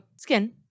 skin